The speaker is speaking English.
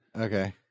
Okay